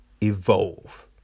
evolve